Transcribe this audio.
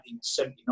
1979